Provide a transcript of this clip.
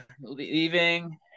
leaving